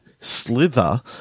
slither